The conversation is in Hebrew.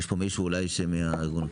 יש פה מישהו שרוצה לדבר?